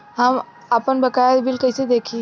हम आपनबकाया बिल कइसे देखि?